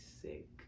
sick